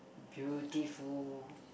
beautiful